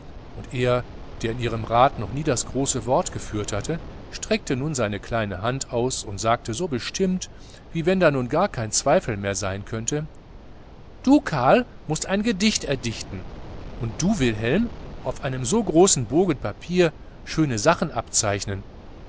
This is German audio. und er der in ihrem rat noch nie das große wort geführt hatte streckte nun seine kleine hand aus und sagte so bestimmt wie wenn da nun gar kein zweifel mehr sein könnte du karl mußt ein gedicht erdichten und du wilhelm auf einen so großen bogen papier schöne sachen abzeichnen